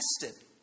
tested